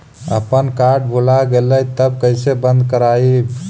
अपन कार्ड भुला गेलय तब कैसे बन्द कराइब?